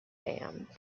dams